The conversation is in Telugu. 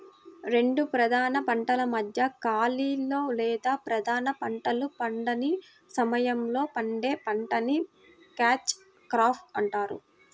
రెండు ప్రధాన పంటల మధ్య ఖాళీలో లేదా ప్రధాన పంటలు పండని సమయంలో పండే పంటని క్యాచ్ క్రాప్ అంటారు